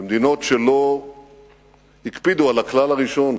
ומדינות שלא הקפידו על הכלל הראשון,